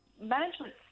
management